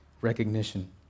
Recognition